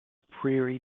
priori